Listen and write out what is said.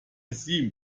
seem